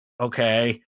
okay